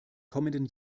kommenden